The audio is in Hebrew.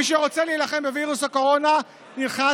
מי שרוצה להילחם בווירוס הקורונה נכנס